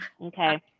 Okay